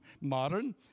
modern